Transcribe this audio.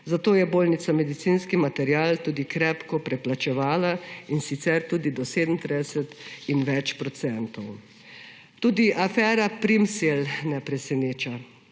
zato je bolnišnica medicinski material tudi krepko preplačevala, in sicer tudi do 37 in več odstotkov. Tudi afera Primsell ne preseneča.